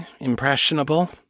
impressionable